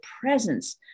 presence